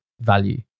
value